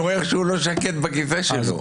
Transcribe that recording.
אני רואה איך הוא לא שקט בכיסא שלו.